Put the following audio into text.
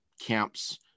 camps